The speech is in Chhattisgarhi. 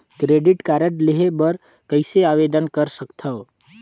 क्रेडिट कारड लेहे बर कइसे आवेदन कर सकथव?